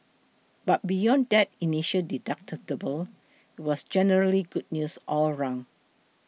but beyond that initial deductible it was generally good news all round